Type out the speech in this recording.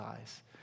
eyes